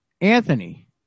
Anthony